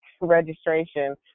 registration